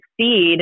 succeed